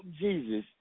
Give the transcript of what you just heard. Jesus